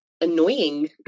annoying